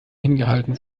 hingehalten